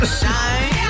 shine